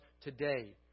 today